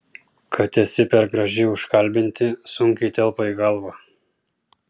kad esi per graži užkalbinti sunkiai telpa į galvą